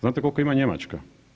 Znate koliko ima Njemačka?